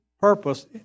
purpose